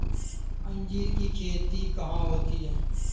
अंजीर की खेती कहाँ होती है?